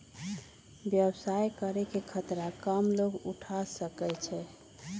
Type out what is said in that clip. व्यवसाय करे के खतरा कम लोग उठा सकै छै